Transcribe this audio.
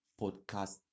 podcast